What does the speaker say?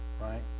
Right